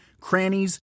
crannies